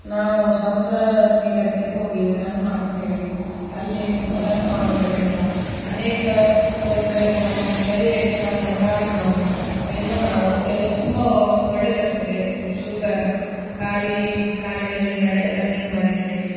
ನಾವು ಸಮುದ್ರ ತೀರಕ್ಕೆ ಹೋಗಿ ರನ್ ಮಾಡ್ತೇವೆ ಅಲ್ಲಿ ರನ್ ಮಾಡೋದರಿಂದ ಅನೇಕ ತೊಂದರೆಗಳು ನಮ್ಮ ಶರೀರಕ್ಕೆ ಬಂದ ಕಾಲು ನೋವು ಬೆನ್ನು ನೋವು ಎಲ್ಲ ತುಂಬ ಒಳ್ಳೆದಾಗ್ತದೆ ಶುಗರ್ ಖಾಲಿ ಕಾಲಿನಲ್ಲಿ ನಡೆ ರನ್ನಿಂಗ್ ಮಾಡಿದರೆ